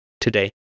today